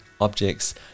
objects